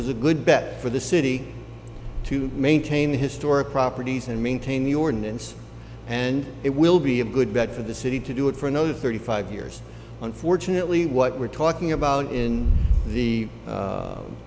was a good bet for the city to maintain historic properties and maintain ordinance and it will be a good bet for the city to do it for another thirty five years unfortunately what we're talking about in the